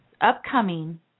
upcoming